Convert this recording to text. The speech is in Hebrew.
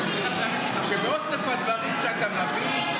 שבאוסף הדברים שאתה מביא,